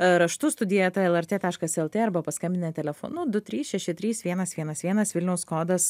raštu studija eta lrt taškas lt arba paskambinę telefonu du trys šeši trys vienas vienas vienas vilniaus kodas